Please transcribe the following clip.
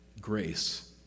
grace